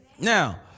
Now